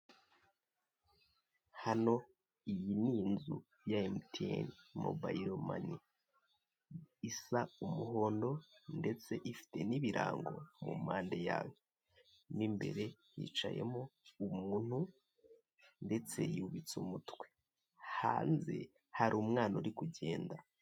Hano iyi ni inzu ya MTN mobile money isa umuhondo ndetse ifite n'ibirango mu mpande yayo, mo imbere hicaye umuntu ndetse yubitse umutwe, hanze hari umwana uri kugenda.